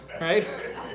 Right